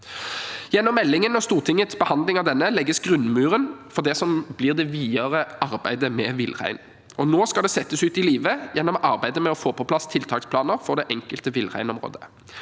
Gjennom meldingen og Stortingets behandling av denne legges grunnmuren for det som blir det videre arbeidet med villreinen. Nå skal det settes ut i livet gjennom arbeidet med å få på plass tiltaksplaner for det enkelte villreinområdet.